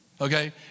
okay